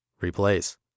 Replace